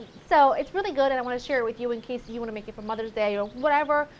so it's really good, and i want to share it with you in case you you want to make it for mother's day or whatever.